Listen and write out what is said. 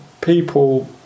people